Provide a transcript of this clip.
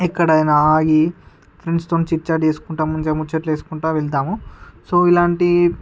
ఎక్కడైనా ఆగి ఫ్రెండ్స్తోని చిట్ చాట్ చేసుకుంటూ ముంజ ముచ్చట్లు వేసుకుంటూ వెళ్తాము సో ఇలాంటి